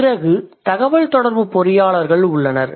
பிறகு தகவல் தொடர்புப் பொறியாளர்கள் உள்ளனர்